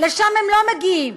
לשם הם לא מגיעים.